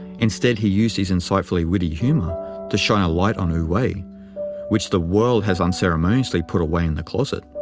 instead he used his insightfully witty humor to shine a light on wu-wei, which the world has unceremoniously put away in the closet.